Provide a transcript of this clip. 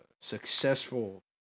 successful